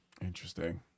Interesting